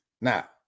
Now